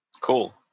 Cool